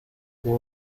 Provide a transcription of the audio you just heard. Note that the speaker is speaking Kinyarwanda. kuri